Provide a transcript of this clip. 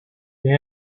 they